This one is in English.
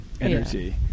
energy